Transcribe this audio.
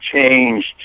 changed